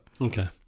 Okay